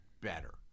better